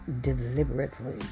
deliberately